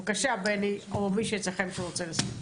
בבקשה, בני, או מי מאצלכם שרוצה לספר.